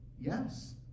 Yes